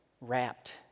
wrapped